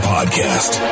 Podcast